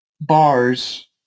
bars